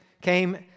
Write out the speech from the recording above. came